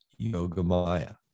Yogamaya